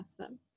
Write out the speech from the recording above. Awesome